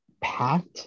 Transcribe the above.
packed